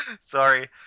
Sorry